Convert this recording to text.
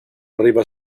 arriva